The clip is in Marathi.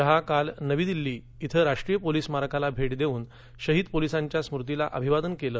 शहा यांनी काल नवी दिल्ली इथं राष्ट्रीय पोलीस स्मारकाला भेट देऊन शहिद पोलीसांच्या स्मृतीला अभिवादन केलं